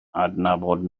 adnabod